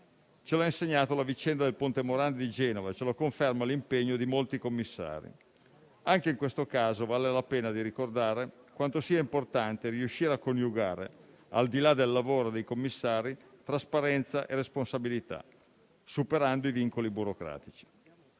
ci ha insegnato la vicenda del Ponte Morandi di Genova e confermato l'impegno di molti commissari. Anche in questo caso, vale la pena ricordare quanto sia importante riuscire a coniugare, al di là del lavoro dei commissari, trasparenza e responsabilità, superando i vincoli burocratici.